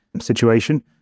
situation